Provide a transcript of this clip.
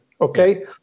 okay